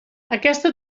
aquesta